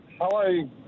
Hello